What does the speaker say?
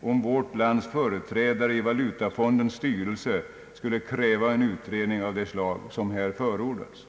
om vårt lands företrädare i Valutafondens styrelse skulle kräva en utredning av det slag som här förordats.